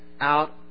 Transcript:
out